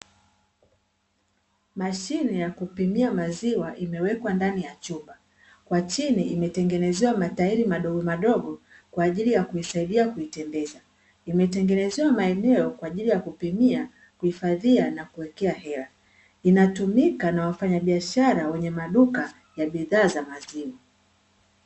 Mashine ya kupimia maziwa imewekwa ndani ya chumba. Kwa chini imetengenezewa matairi madogomadogo kwa ajili ya kuisaidia kuitembeza. Imetengenezewa maeneo kwa ajili ya kupimia, kuhifadhia na kuwekea hela. Inatumika na wafanyabiashara wenye maduka ya bidhaa za maziwa.